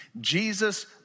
Jesus